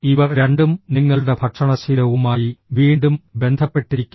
ഇവ രണ്ടും നിങ്ങളുടെ ഭക്ഷണശീലവുമായി വീണ്ടും ബന്ധപ്പെട്ടിരിക്കുന്നു